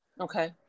okay